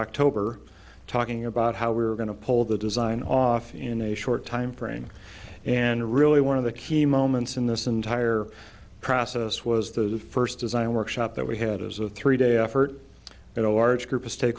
october talking about how we were going to pull the design off in a short timeframe and really one of the key moments in this entire process was the first design workshop that we had as a three day effort at a large group of sta